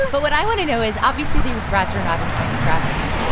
but what i want to know is obviously, these rats are not in tiny traffic